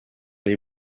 les